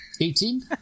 Eighteen